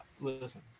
listen